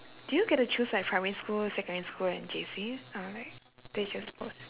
do you get to choose like primary school secondary school and J_C or like they just post